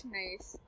nice